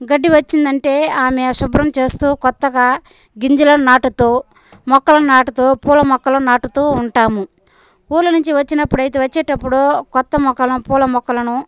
గడ్డి వచ్చిందంటే ఆమె శుభ్రం చేస్తూ కొత్తగా గింజలను నాటుతూ మొక్కలను నాటుతూ పూల మొక్కలను నాటుతూ ఉంటాము పూల నుంచి వచ్చినప్పుడైతే వచ్చేటప్పుడు కొత్త మొక్కలను పూల మొక్కలను